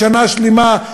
לשנה שלמה,